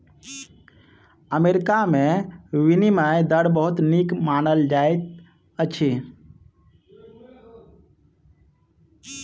America के विनिमय दर बहुत नीक मानल जाइत अछि